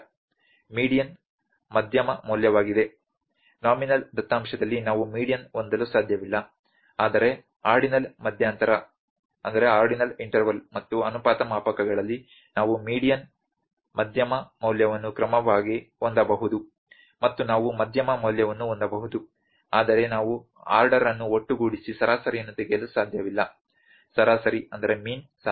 median ಮಧ್ಯಮ ಮೌಲ್ಯವಾಗಿದೆ nominal ದತ್ತಾಂಶದಲ್ಲಿ ನಾವು ಮೀಡಿಯನ್ ಹೊಂದಲು ಸಾಧ್ಯವಿಲ್ಲ ಆದರೆ ಆರ್ಡಿನಲ್ ಮಧ್ಯಂತರ ಮತ್ತು ಅನುಪಾತ ಮಾಪಕಗಳಲ್ಲಿ ನಾವು ಮೀಡಿಯನ್ ಮಧ್ಯಮ ಮೌಲ್ಯವನ್ನು ಕ್ರಮವಾಗಿ ಹೊಂದಬಹುದು ಮತ್ತು ನಾವು ಮಧ್ಯಮ ಮೌಲ್ಯವನ್ನು ಹೊಂದಬಹುದು ಆದರೆ ನಾವು ಆರ್ಡರನ್ನು ಒಟ್ಟುಗೂಡಿಸಿ ಸರಾಸರಿಯನ್ನು ತೆಗೆಯಲು ಸಾಧ್ಯವಿಲ್ಲ ಸರಾಸರಿ ಸಾಧ್ಯವಿಲ್ಲ